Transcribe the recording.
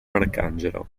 arcangelo